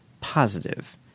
positive